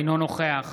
אינו נוכח